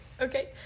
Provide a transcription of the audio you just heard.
Okay